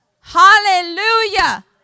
Hallelujah